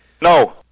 No